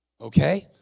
Okay